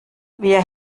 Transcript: wir